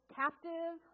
captive